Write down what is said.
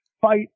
fight